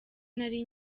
nari